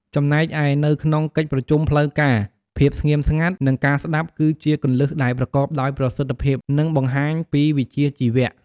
ចំណែកឯនៅក្នុងកិច្ចប្រជុំផ្លូវការ ភាពស្ងៀមស្ងាត់ និងការស្តាប់គឺជាគន្លឹះដែលប្រកបដោយប្រសិទ្ធភាព និងបង្ហាញពីវិជ្ជាជីវៈ។